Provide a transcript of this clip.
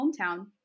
hometown